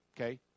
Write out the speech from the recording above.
okay